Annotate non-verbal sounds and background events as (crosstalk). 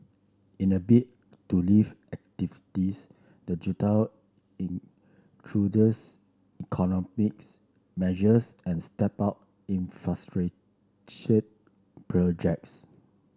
in a bid to lift activities the (unintelligible) introduce economics measures and stepped up infrastructure projects